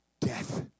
Death